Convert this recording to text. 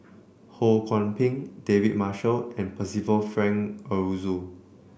Ho Kwon Ping David Marshall and Percival Frank Aroozoo